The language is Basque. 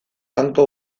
hanka